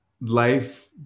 life